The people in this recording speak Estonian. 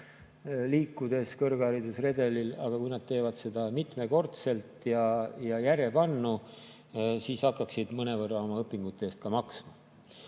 liikudes kõrghariduse redelil, aga kui nad teevad seda mitmekordselt ja järjepanu, siis hakkaksid mõnevõrra oma õpingute eest ka maksma?